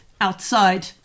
outside